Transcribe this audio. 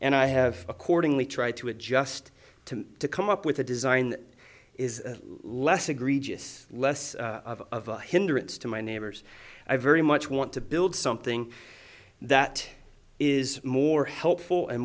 and i have accordingly tried to adjust to to come up with a design that is less egregious less of a hindrance to my neighbors i very much want to build something that is more helpful and